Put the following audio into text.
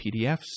PDFs